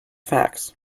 facts